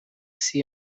see